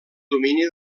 domini